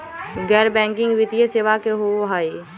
गैर बैकिंग वित्तीय सेवा की होअ हई?